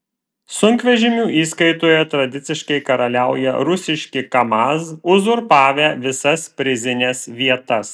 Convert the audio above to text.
sunkvežimių įskaitoje tradiciškai karaliauja rusiški kamaz uzurpavę visas prizines vietas